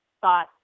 thought